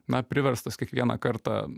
na priverstas kiekvieną kartą